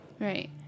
Right